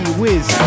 whiz